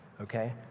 okay